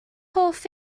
hoff